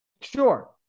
Sure